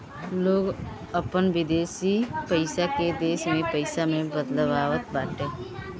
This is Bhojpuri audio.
लोग अपन विदेशी पईसा के देश में पईसा में बदलवावत बाटे